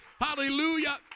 hallelujah